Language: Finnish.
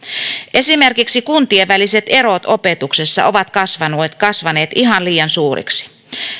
esimerkiksi kuntien väliset erot opetuksessa ovat kasvaneet kasvaneet ihan liian suuriksi